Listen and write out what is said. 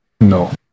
No